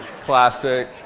classic